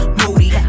moody